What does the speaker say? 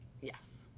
Yes